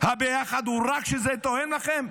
הביחד הוא רק כשזה תואם לכם?